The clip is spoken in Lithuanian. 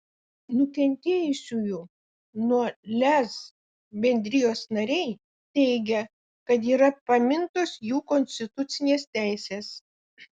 nukentėjusiųjų nuo lez bendrijos nariai teigia kad yra pamintos jų konstitucinės teisės